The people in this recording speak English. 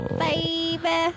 baby